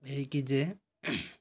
ଏହିକି ଯେ